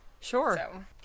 Sure